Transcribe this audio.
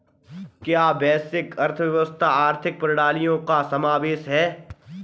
क्या वैश्विक अर्थव्यवस्था आर्थिक प्रणालियों का समावेशन है?